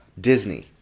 Disney